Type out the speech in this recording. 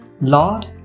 Lord